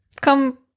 come